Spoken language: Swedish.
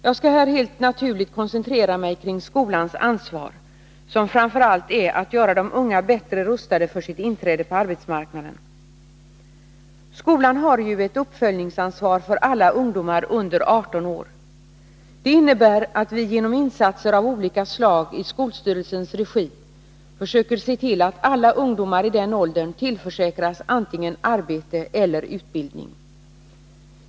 Jag skall här helt naturligt koncentrera mig kring skolans ansvar, som framför allt är att göra de unga bättre rustade för sitt inträde på arbetsmarknaden. Skolan har ju ett uppföljningsansvar för alla ungdomar under 18 år. Det innebär att vi genom insatser av olika slag i resp. skolstyrelses regi försöker se till att alla ungdomar i den åldern tillförsäkras antingen arbete eller utbildning.